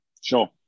Sure